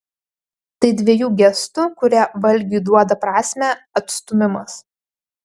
tai dvejų gestų kurie valgiui duoda prasmę atstūmimas